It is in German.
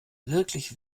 wirklich